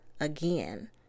again